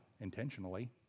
intentionally